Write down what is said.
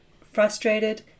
frustrated